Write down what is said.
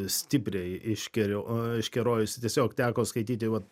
stipriai iškerio iškerojus tiesiog teko skaityti vat